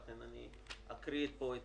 לכן אקרא פה את